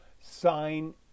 sign